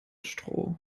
stroh